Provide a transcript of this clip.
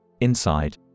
Inside